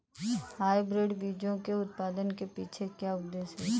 Hybrid बीजों के उत्पादन के पीछे क्या उद्देश्य होता है?